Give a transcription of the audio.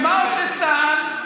אז מה עושה צה"ל?